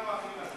אז מה אתה רוצה,